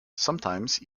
sometimes